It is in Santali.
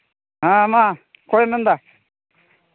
ᱦᱮᱸ ᱢᱟ ᱚᱠᱚᱭᱮᱢ ᱢᱮᱱ ᱮᱫᱟ